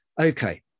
okay